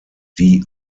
die